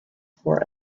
for